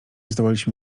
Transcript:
zdołaliśmy